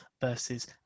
versus